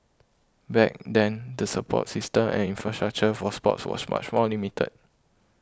back then the support system and infrastructure for sports was much more limited